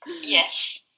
Yes